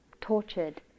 tortured